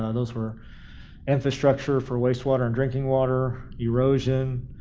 ah those were infrastructure for waste water and drinking water, erosion,